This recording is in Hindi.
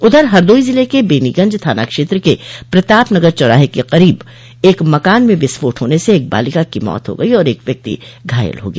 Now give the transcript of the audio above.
उधर हरदोई ज़िले के बेनीगंज थाना क्षेत्र के प्रतापनगर चौराहे के करीब एक मकान में विस्फोट होने से एक बालिका की मौत हो गई और एक व्यक्ति घायल हो गया